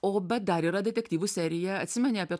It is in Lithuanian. o bet dar yra detektyvų serija atsimeni apie